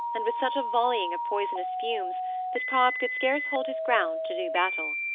and with such a volleying of poisonous fumes that cobb could scarce hold his ground to do battle.